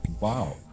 wow